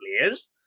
players